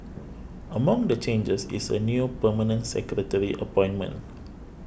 among the changes is a new Permanent Secretary appointment